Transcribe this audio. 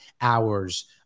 hours